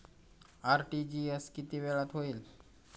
RTGS किती वेळात होईल?